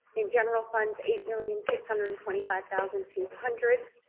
in general funds eight million six hundred and twenty five thousand two hundred